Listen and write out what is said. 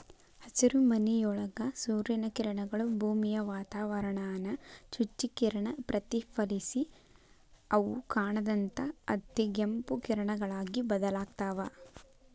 ಹಸಿರುಮನಿಯೊಳಗ ಸೂರ್ಯನ ಕಿರಣಗಳು, ಭೂಮಿಯ ವಾತಾವರಣಾನ ಚುಚ್ಚಿ ಕಿರಣ ಪ್ರತಿಫಲಿಸಿ ಅವು ಕಾಣದಂತ ಅತಿಗೆಂಪು ಕಿರಣಗಳಾಗಿ ಬದಲಾಗ್ತಾವ